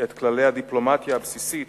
את כללי הדיפלומטיה הבסיסית,